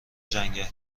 جنگل